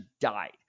died